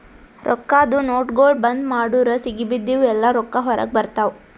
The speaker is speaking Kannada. ರೊಕ್ಕಾದು ನೋಟ್ಗೊಳ್ ಬಂದ್ ಮಾಡುರ್ ಸಿಗಿಬಿದ್ದಿವ್ ಎಲ್ಲಾ ರೊಕ್ಕಾ ಹೊರಗ ಬರ್ತಾವ್